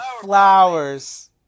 Flowers